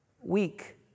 weak